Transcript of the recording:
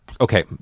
Okay